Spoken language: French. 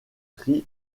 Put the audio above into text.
tri